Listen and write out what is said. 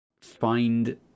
find